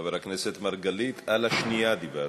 חבר הכנסת מרגלית, על השנייה דיברת.